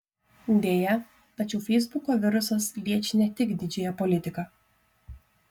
deja tačiau feisbuko virusas liečia ne tik didžiąją politiką